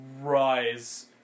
rise